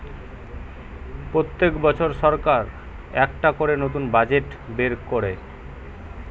পোত্তেক বছর সরকার একটা করে নতুন বাজেট বের কোরে